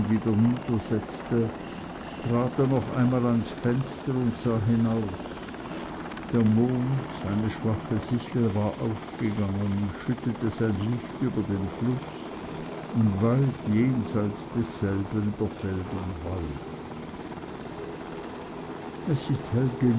wieder niedersetzte trat er noch einmal ans fenster und sah hinaus der mond eine schwache sichel war aufgegangen und schüttete sein licht über den fluß und weit jenseit desselben über feld und wald es ist hell